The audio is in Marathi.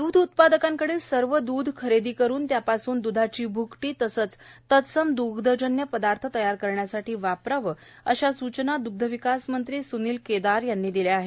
द्ध उत्पादकांकडील सर्व द्ध खरेदी करुन या द्धापासून द्धाची भ्कटी तसेच तत्सम दग्धजन्य पदार्थ तयार करण्यासाठी वापरावे अशा सुचना दुग्ध विकास मंत्री सुनिल केदार यांनी दिल्या आहेत